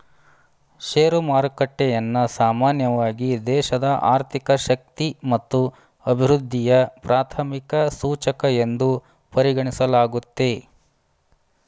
share ಮಾರುಕಟ್ಟೆಯನ್ನ ಸಾಮಾನ್ಯವಾಗಿ ದೇಶದ ಆರ್ಥಿಕ ಶಕ್ತಿ ಮತ್ತು ಅಭಿವೃದ್ಧಿಯ ಪ್ರಾಥಮಿಕ ಸೂಚಕ ಎಂದು ಪರಿಗಣಿಸಲಾಗುತ್ತೆ